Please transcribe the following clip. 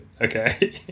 okay